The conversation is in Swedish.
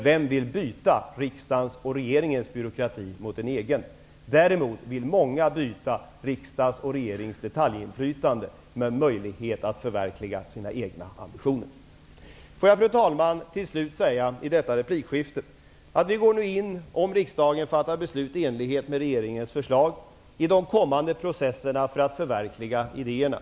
Vem vill byta riksdagens och regeringens byråkrati mot en egen? Däremot vill många byta riksdagens och regeringens detaljinflytande mot en möjlighet att förverkliga sina egna ambitioner. Fru talman! Får jag till slut säga i detta replikskifte att om riksdagen fattar beslut i enlighet med regeringens förslag går vi nu in i de kommande processerna för att förverkliga idéerna.